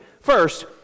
First